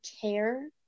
care